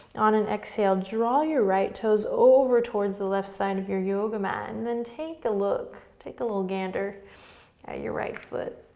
on an exhale draw your right toes over towards the left side of your yoga mat, and then take a look, take a little gander at your right foot.